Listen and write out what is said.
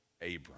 Abram